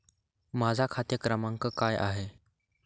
माझा खाते क्रमांक काय आहे?